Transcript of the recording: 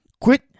Quit